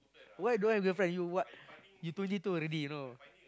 why don't have girlfriend you what you twenty two already you know